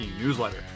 newsletter